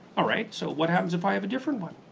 alright, so what happens if i have a different one?